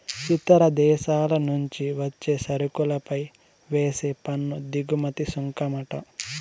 ఇతర దేశాల నుంచి వచ్చే సరుకులపై వేసే పన్ను దిగుమతి సుంకమంట